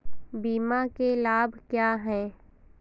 बीमा के लाभ क्या हैं?